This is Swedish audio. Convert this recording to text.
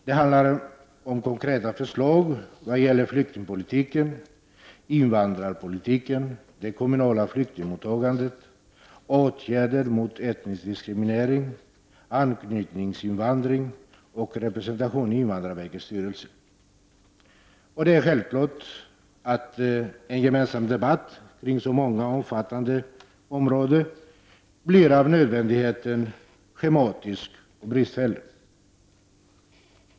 Det handlar om konkreta förslag vad gäller flyktingpolitiken, invandrarpolitiken, det kommunala flyktingmottagandet, åtgärder mot etnisk diskriminering, anknytningsinvandring och representation i invandrarverkets styrelse. Det är självklart att en gemensam debatt kring så många och omfattande områden av nödvändighet blir schematisk och bristfällig.